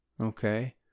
okay